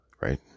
right